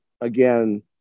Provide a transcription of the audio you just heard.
again